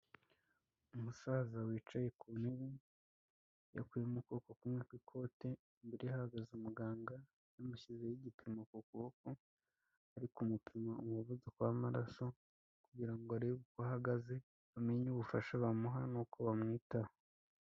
Umusaza wicaye ku ntebe, yakuyemo ukuboko kumwe kw'ikote, imbere ye hahagaze muganga, yamushyizeho igipimo ku kuboko, ari kumupima umuvuduko w'amaraso kugira ngo arebe uko ahagaze, bamenye ubufasha bamuha nuko bamwitaho.